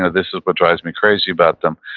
ah this is what drives me crazy about them,